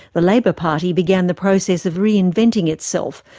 the labour party began the process of reinventing itself,